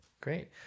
great